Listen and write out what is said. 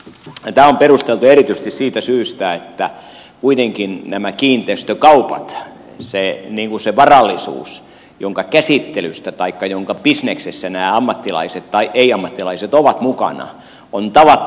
tämä on perusteltua erityisesti siitä syystä että kuitenkin näissä kiinteistökaupoissa se varallisuus jonka käsittelyssä taikka jonka bisneksessä nämä ammattilaiset tai ei ammattilaiset ovat mukana on tavattoman suuri